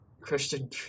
christian